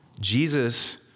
Jesus